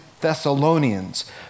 Thessalonians